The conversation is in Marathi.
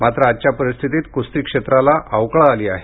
मात्र आजच्या परिस्थितीत क्रस्ती क्षेत्राला अवकळा आली आहे